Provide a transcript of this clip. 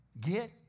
Get